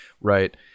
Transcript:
Right